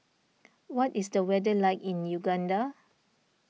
what is the weather like in Uganda